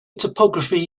topography